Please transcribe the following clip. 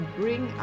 bring